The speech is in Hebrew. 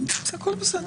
הכול בסדר.